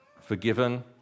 Forgiven